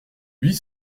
huit